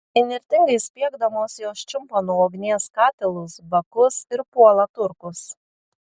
įnirtingai spiegdamos jos čiumpa nuo ugnies katilus bakus ir puola turkus